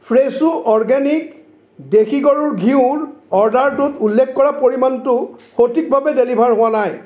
ফ্ৰেছো organic দেশী গৰুৰ ঘিউৰ অৰ্ডাৰটোত উল্লেখ কৰা পৰিমাণটো সঠিকভাৱে ডেলিভাৰ হোৱা নাই